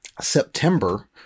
September